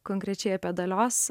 konkrečiai apie dalios